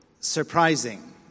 surprising